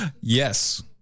Yes